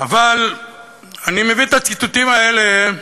אבל אני מביא את הציטוטים האלה,